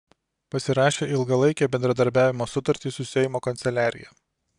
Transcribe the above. pasirašė ilgalaikę bendradarbiavimo sutartį su seimo kanceliarija